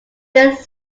this